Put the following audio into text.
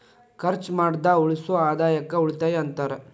ಖರ್ಚ್ ಮಾಡ್ದ ಉಳಿಸೋ ಆದಾಯಕ್ಕ ಉಳಿತಾಯ ಅಂತಾರ